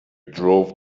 drove